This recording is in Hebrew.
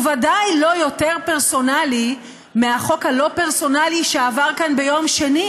הוא ודאי לא יותר פרסונלי מהחוק הלא-פרסונלי שעבר כאן ביום שני,